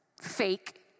Fake